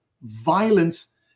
violence